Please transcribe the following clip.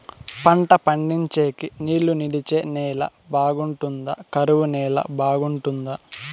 పంట పండించేకి నీళ్లు నిలిచే నేల బాగుంటుందా? కరువు నేల బాగుంటుందా?